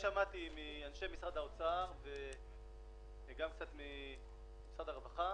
שמעתי מאנשי משרד האוצר וקצת מאנשי משרד הרווחה